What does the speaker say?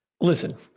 Listen